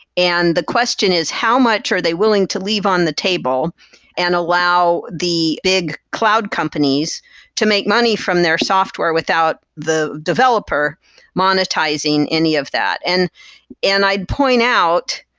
and the question is how much are they willing to leave on the table and allow the big cloud companies to make money from their software without the developer monetizing any of that. and and i'd pointed out,